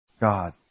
God